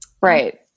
Right